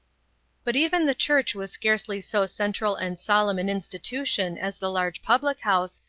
but even the church was scarcely so central and solemn an institution as the large public house,